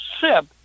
sip